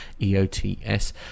EOTS